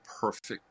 perfect